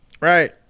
right